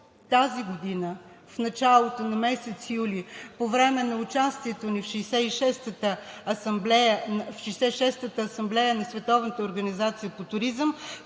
тази година в началото на месец юли, по време на участието ни в 66-ата асамблея на Световната